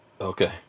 Okay